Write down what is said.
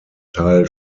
teil